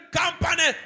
company